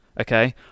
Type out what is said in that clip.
okay